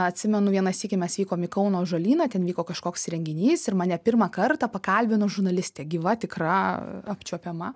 atsimenu vieną sykį mes vykom į kauno ąžuolyną ten vyko kažkoks renginys ir mane pirmą kartą pakalbino žurnalistė gyva tikra apčiuopiama